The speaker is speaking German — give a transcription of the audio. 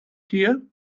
tier